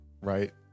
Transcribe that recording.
right